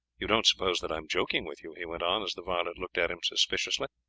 you don't suppose that i am joking with you, he went on as the varlet looked at him suspiciously,